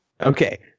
Okay